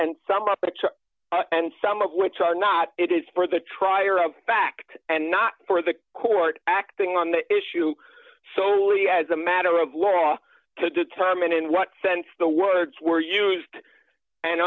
are and some of which are not it is for the trier of fact and not for the court acting on the issue solely as a matter of law to determine in what sense the words were used and